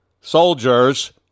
soldiers